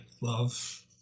love